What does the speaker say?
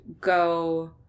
go